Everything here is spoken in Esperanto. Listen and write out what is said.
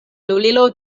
lulilo